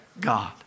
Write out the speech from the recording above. God